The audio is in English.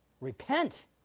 Repent